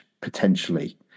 potentially